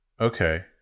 Okay